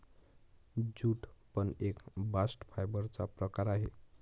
jute पण एक bast fibre चा प्रकार आहे